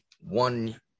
one